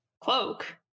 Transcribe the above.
Cloak